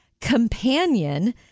Companion